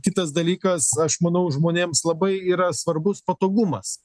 kitas dalykas aš manau žmonėms labai yra svarbus patogumas